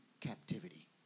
captivity